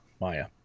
Maya